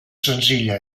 senzilla